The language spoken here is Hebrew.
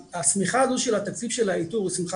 השמיכה הזו של התקציב של האיתור היא שמיכה